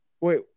Wait